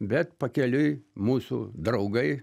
bet pakeliui mūsų draugai